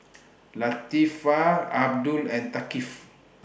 Latifa Abdul and Thaqif